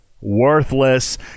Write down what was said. worthless